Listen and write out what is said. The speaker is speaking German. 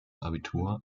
abitur